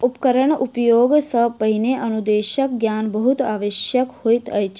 उपकरणक उपयोग सॅ पहिने अनुदेशक ज्ञान बहुत आवश्यक होइत अछि